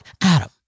Adam